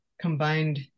combined